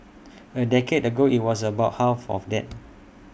A decade ago IT was about half of that